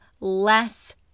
less